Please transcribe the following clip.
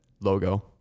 logo